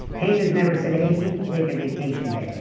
pain has never said hey you can take a vacation day,